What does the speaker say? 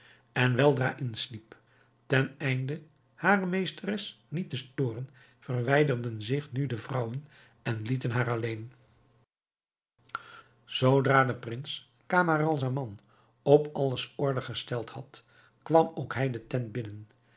en weldra insliep ten einde hare meesteres niet te storen verwijderden zich nu de vrouwen en lieten haar alleen zoodra de prins camaralzaman op alles order gesteld had kwam ook hij de tent binnen